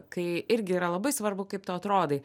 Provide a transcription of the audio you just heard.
kai irgi yra labai svarbu kaip tu atrodai